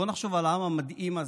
בואו נחשוב על העם המדהים הזה.